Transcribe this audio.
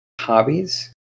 Hobbies